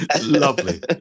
Lovely